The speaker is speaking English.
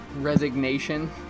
resignation